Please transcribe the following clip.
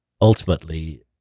ultimately